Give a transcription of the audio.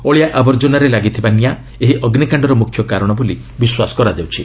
ଅଳିଆ ଆବର୍ଜନାରେ ଲାଗିଥିବା ନିଆଁ ଏହି ଅଗ୍ରିକାଣ୍ଡର ମ୍ରଖ୍ୟ କାରଣ ବୋଲି ବିଶ୍ୱାସ କରାଯାଉଛି